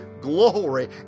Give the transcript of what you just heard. glory